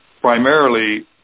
primarily